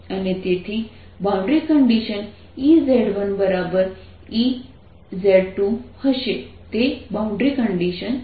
અને તેથી boundary condition Ez1Ez2 હશે તે બાઉન્ડ્રી કન્ડિશન છે